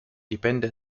dipende